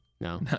No